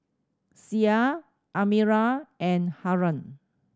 Syah Amirah and Haron